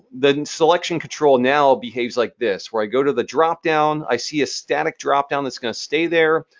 the and selection control now behaves like this, where i go to the dropdown, i see a static dropdown that's going to stay there.